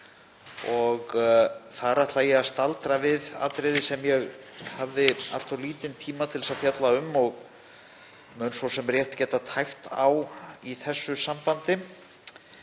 Þar ætla ég að staldra við atriði sem ég hafði allt of lítinn tíma til að fjalla um og mun svo sem rétt geta tæpt á að þessu sinni.